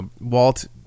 Walt